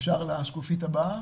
השקופית הבאה